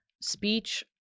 speech